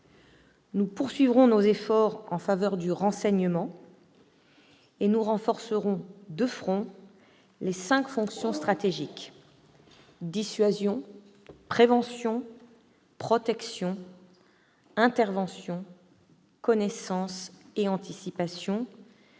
Nous poursuivrons nos efforts en faveur du renseignement et nous renforcerons de front les cinq fonctions stratégiques : dissuasion, prévention, protection, intervention et connaissance et anticipation,